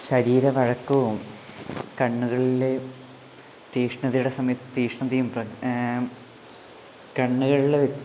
ശരീരവഴക്കവും കണ്ണുകളിലെ തീഷ്ണതയുടെ സമയത്ത് തീഷ്ണതയും പ്രാ കണ്ണുകളില്